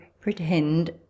pretend